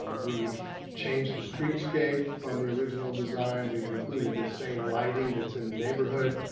um we've changed the street scape from the original design. we've included the same lighting that's in the neighborhood.